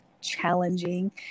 challenging